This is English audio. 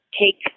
take